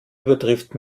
übertrifft